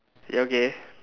ya okay